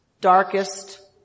darkest